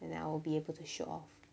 and then I'll be able to show off